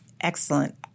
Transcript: excellent